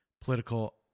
political